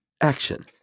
action